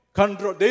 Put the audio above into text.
control